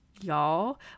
y'all